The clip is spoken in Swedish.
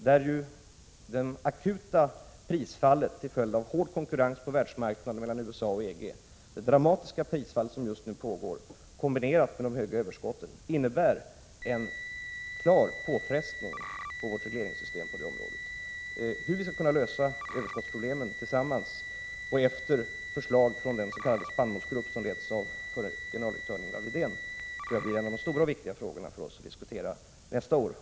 Det akuta och dramatiska prisfallet som har skett till följd av hård konkurrens på världsmarknaden mellan USA och EG kombinerat med de stora överskotten innebär en klar påfrestning på vårt regleringssystem på detta området. Hur vi skall kunna lösa problemet med överskotten tillsammans med och enligt förslag från den s.k. spannmålsgruppen som leds av förre generaldirektören Ingvar Widén tror jag blir en av de stora och viktiga frågorna för oss att diskutera nästa år.